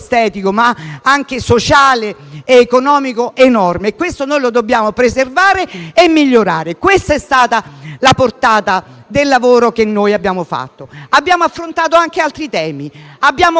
anche sociale ed economico enorme, che dobbiamo preservare e migliorare. Questa è stata la portata del lavoro che abbiamo compiuto. Abbiamo affrontato anche altri temi e abbiamo corretto